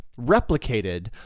replicated